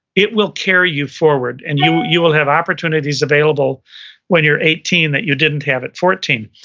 it will carry you forward and you you will have opportunities available when you're eighteen that you didn't have at fourteen.